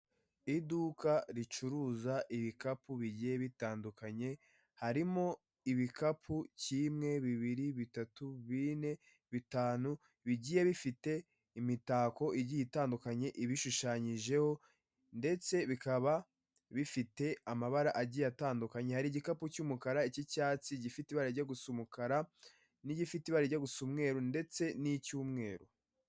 iduka ricuruza ibikapu bigiye bitandukanye, harimo ibikapu, kimwe, bibiri, bitatu, bine, bitanu bigiye bifite imitako igiye itandukanye, ibishushanyijeho ndetse bikaba bifite amabara agiye atandukanye, hari igikapu cy'umukara, icy'icyatsi gifite ibara rirya gusu n'umukara, n'igifite ibara rirya gusa umweru ndetse n'icyumweru.